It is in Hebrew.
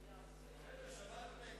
32,